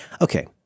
Okay